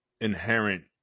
inherent